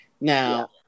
Now